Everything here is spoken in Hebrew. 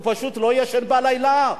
הוא פשוט לא ישן בלילה,